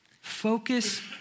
Focus